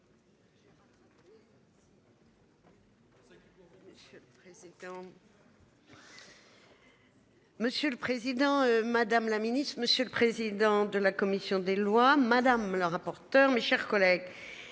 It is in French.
Monsieur le Président Madame la Ministre, Monsieur le président de la commission des lois. Madame le rapporteur, mes chers collègues,